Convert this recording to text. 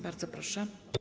Bardzo proszę.